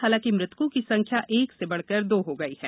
हालांकि मृतकों की संख्या एक से बढ़कर दो हो गई है